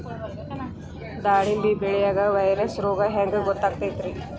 ದಾಳಿಂಬಿ ಬೆಳಿಯಾಗ ವೈರಸ್ ರೋಗ ಹ್ಯಾಂಗ ಗೊತ್ತಾಕ್ಕತ್ರೇ?